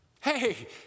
Hey